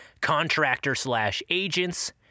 contractor-slash-agents